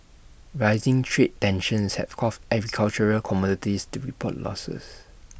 rising trade tensions have caused agricultural commodities to report losses